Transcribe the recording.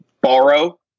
borrow